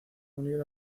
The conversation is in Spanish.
unir